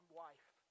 wife